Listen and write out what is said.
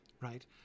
Right